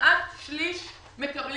כמעט שליש מקבלים,